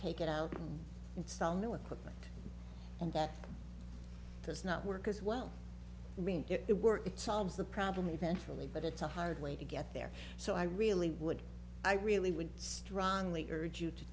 take it out install new equipment and that does not work as well i mean if it were it solves the problem eventually but it's a hard way to get there so i really would i really would strongly urge you to